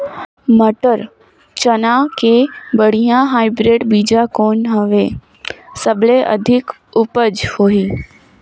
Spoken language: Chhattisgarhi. मटर, चना के बढ़िया हाईब्रिड बीजा कौन हवय? सबले अधिक उपज होही?